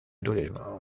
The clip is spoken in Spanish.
turismo